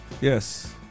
Yes